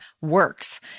works